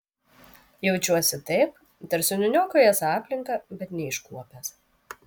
jaučiuosi taip tarsi nuniokojęs aplinką bet neiškuopęs